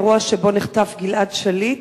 האירוע שבו נחטף גלעד שליט.